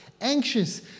anxious